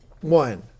One